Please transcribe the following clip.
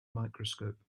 microscope